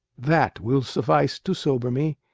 that will suffice to sober me,